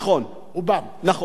נכון, נכון.